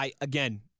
again –